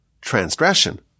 transgression